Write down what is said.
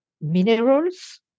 minerals